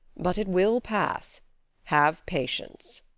but it will pass have patience.